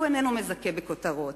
הוא איננו מזכה בכותרות.